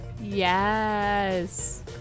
Yes